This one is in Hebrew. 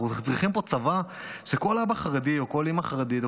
אנחנו צריכים פה צבא שכל אבא חרדי או כל אימא חרדית,